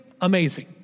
amazing